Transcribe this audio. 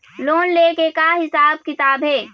Loan ले के का हिसाब किताब हे?